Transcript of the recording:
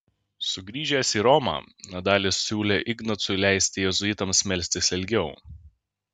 sugrįžęs į romą nadalis siūlė ignacui leisti jėzuitams melstis ilgiau